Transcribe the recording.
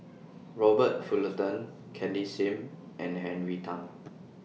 Robert Fullerton Cindy SIM and Henry Tan